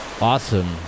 awesome